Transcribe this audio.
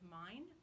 mind